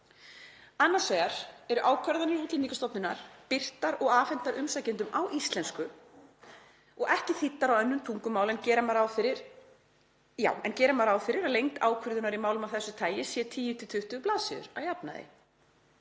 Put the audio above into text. Annars vegar eru ákvarðanir Útlendingastofnunar birtar og afhentar umsækjendum á íslensku og ekki þýddar á önnur tungumál en gera má ráð fyrir að lengd ákvörðunar í málum af þessu tagi sé 10–20 blaðsíður að jafnaði.“